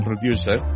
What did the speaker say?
producer